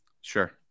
Sure